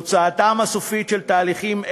תוצאתם הסופית של תהליכים אלו,